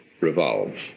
revolves